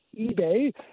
eBay